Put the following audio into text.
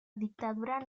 dictadura